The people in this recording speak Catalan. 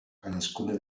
cadascuna